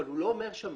אבל הוא לא אומר שם